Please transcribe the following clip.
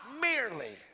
merely